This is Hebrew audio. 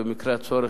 ובמקרה הצורך,